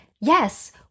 yes